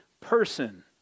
person